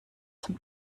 zum